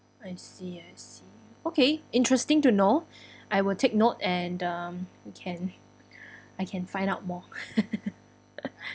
I see I see okay interesting to know I will take note and um I can I can find out more